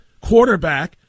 quarterback